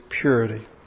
purity